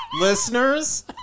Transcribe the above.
listeners